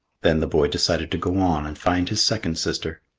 then the boy decided to go on and find his second sister.